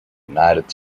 united